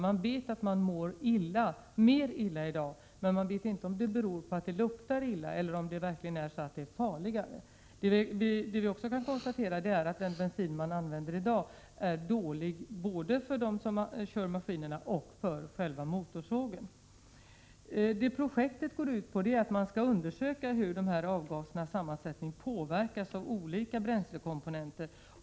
Man vet att man mår mer illa i dag, men man vet inte om det beror på att det luktar illa eller om bränslet verkligen är farligare. Vi kan också konstatera att den bensin som används i dag är dålig både för dem som kör maskinerna och för själva motorsågarna. Projektet går ut på att man skall undersöka hur sammansättningen av de här gaserna påverkas av olika bränslekomponenter.